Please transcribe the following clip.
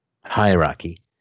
hierarchy